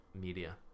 media